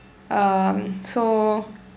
um so